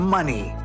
Money